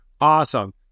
Awesome